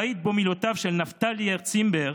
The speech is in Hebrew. בית שבו מילותיו של נפתלי הרץ אימבר